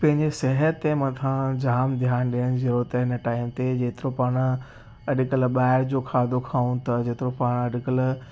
पंहिंजे सिहत जि मंथा जाम ध्यानु ॾियण जी ज़रूरत आहिनि हिन टाइम ते जेतिरो पाणि अॼुकल्ह ॿाहिरि जो खाधो खाऊं था जेतिरो पाणि अॼुकल्ह